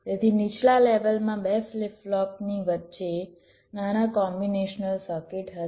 તેથી નીચલા લેવલમાં બે ફ્લિપ ફ્લોપની વચ્ચે નાના કોમ્બીનેશનલ સર્કિટ હશે